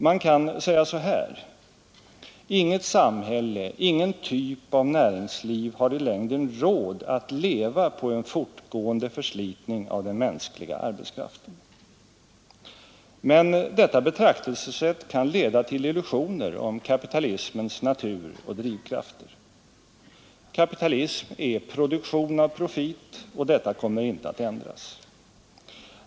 Man kan säga så här: Inget samhälle, ingen typ av näringsliv har i längden råd att leva på en fortgående förslitning av den mänskliga arbetskraften. Men detta betraktelsesätt kan leda till illusioner om kapitalismens natur och drivkrafter. Kapitalism är produktion av profit, och detta kommer inte att ändras.